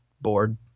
bored